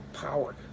power